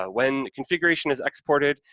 ah when configuration is exported,